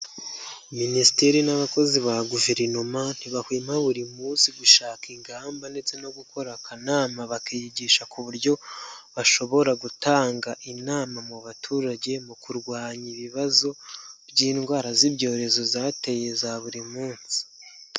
Minisiteri n'abakozi ba guverinoma ntibahwema buri munsi gushaka ingamba, ndetse no gukora akanama bakiyigisha ku buryo bashobora gutanga inama mu baturage, mu kurwanya ibibazo by'indwara z'ibyorezo zateye za buri munsi.